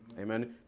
Amen